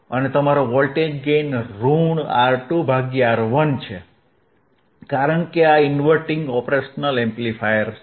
અને તમારો voltage gain ઋણ R2 ભાગ્યા R1 છે કારણ કે આ ઇનવર્ટીંગ ઓપરેશનલ એમ્પ્લિફાયર છે